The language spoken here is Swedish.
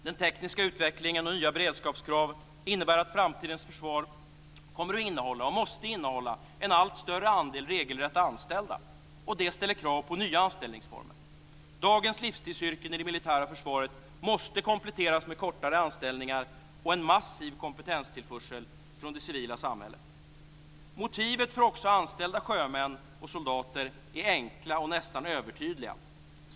Den tekniska utvecklingen och nya beredskapskrav innebär att framtidens försvar kommer att innehålla, och måste innehålla, en allt större andel regelrätt anställda. Det ställer krav på nya anställningsformer. Dagens livstidsyrken i det militära försvaret måste kompletteras med kortare anställningar och en massiv kompetenstillförsel från det civila samhället. Motivet för att också anställa sjömän och soldater är enkla och nästan övertydliga.